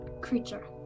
creature